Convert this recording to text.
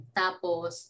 tapos